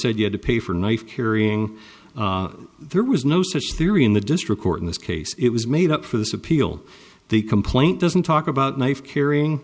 said you had to pay for a knife carrying there was no such theory in the district court in this case it was made up for this appeal the complaint doesn't talk about knife carrying